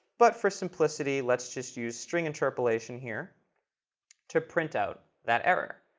but for simplicity, let's just use string interpolation here to print out that error.